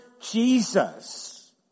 Jesus